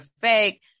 fake